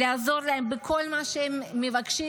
לעזור להם בכל מה שהם מבקשים,